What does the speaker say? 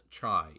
Chai